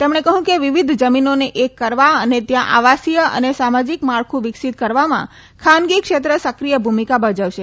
તેમણે કહયું કે વિવિધ જમીનોને એક કરવા અને ત્યાં આવાસીય અને સામાજીક માળખું વિકસીત કરવામાં ખાનગી ક્ષેત્ર સક્રીય ભૂમિકા ભજવશે